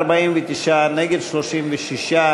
בעד, 49, נגד, 36,